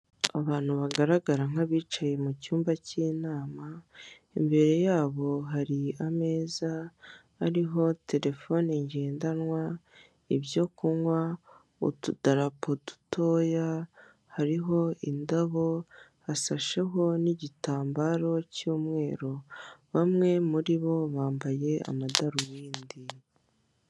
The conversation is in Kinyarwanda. Abantu bagaragara nk'abicaye mu cyumba k'inama imbere yabo hari ameza ariho terefone ngendanwa, ibyo kunywa, utudarapo dutoya, hariho indabo, hasasheho n'igitambaro cy'umweru bamwe muri bo bambaye amadarobindi.